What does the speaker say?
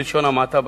בלשון המעטה,